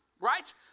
right